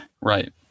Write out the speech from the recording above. Right